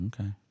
Okay